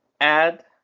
add